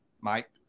Mike